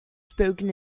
spoken